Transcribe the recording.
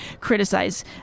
criticize